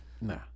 Nah